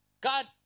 God